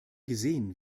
gesehen